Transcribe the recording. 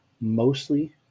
Mostly